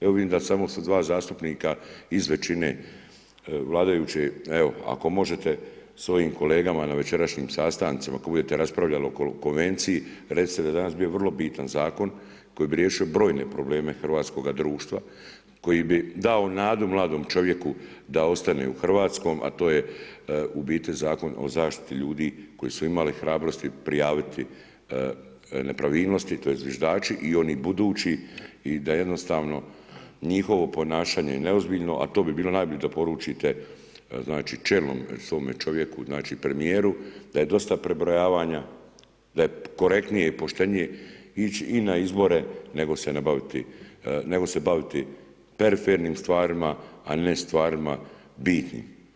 Evo vidim da samo su dva zastupnika iz većine vladajuće, evo ako možete svojim kolegama na večerašnjim sastancima, ako budete raspravljali o konvenciji, recite da je danas bio vrlo bitan zakon koji bi riješio brojne probleme hrvatskoga društva, koji bi dao nadu mladom čovjeku da ostane u hrvatskom, a to je u biti Zakon o zaštiti ljudi koji su imali hrabrosti prijaviti nepravilnosti, tj. zviždači i oni budući i da jednostavno njihovo ponašanje je neozbiljno, a to bi bilo najbolje da poručite znači čelnom svome čovjeku, znači premijeru, da je dosta prebrojavanja, da je korektnije i poštenije ići i na izbore, nego se baviti perifernim stvarima, a ne stvarima bitnim.